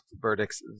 verdicts